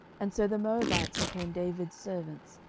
and so the moabites became david's servants,